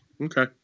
Okay